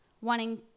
wanting